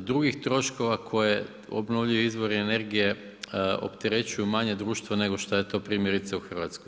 drugih troškova koje obnovljivi izvori energije opterećuju manja društva nego šta je to primjerice u Hrvatskoj.